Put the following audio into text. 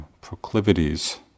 proclivities